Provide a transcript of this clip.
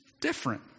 different